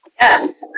Yes